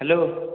hello